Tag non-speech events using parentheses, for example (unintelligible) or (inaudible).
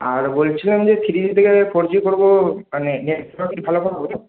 আর বলছিলাম যে three G থেকে আমি ফোর জি করব মানে নেট (unintelligible) ভালো পাব তো